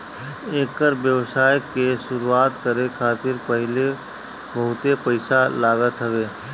एकर व्यवसाय के शुरुआत करे खातिर पहिले बहुते पईसा लागत हवे